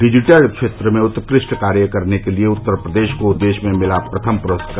digital क्षेत्र में उत्कृष्ट कार्य करने के लिये उत्तर प्रदेश को देश में मिला प्रथम पुरस्कार